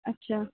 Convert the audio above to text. اچھا